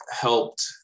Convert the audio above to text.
helped